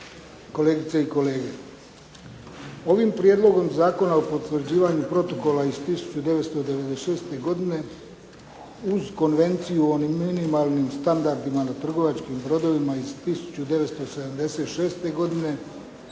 kolegice i kolege. Ovim prijedlogom Zakona o potvrđivanju protokola iz 1996. godine uz konvenciju o minimalnim standardima na trgovačkim brodovima iz 1976. godine